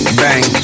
bang